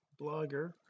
Blogger